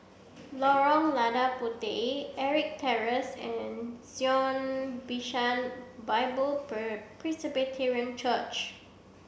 Lorong Lada Puteh Ettrick Terrace and Zion Bishan Bible Presbyterian Church